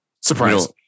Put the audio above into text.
Surprise